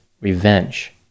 revenge